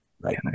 Right